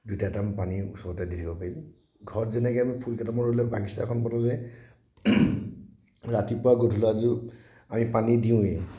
দুয়োটা টাইম পানী ওচৰতে দি থাকিব পাৰিম ঘৰত যেনেকে আমি ফুল কেইটামান ৰুলে বাগিচাখন বনালে ৰাতিপুৱা গধূলা যে আমি পানী দিওঁৱেই